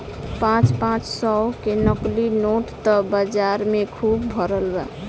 पाँच पाँच सौ के नकली नोट त बाजार में खुब भरल बा